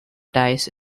dice